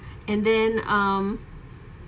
and then um